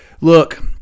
Look